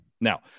Now